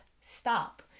stop